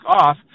off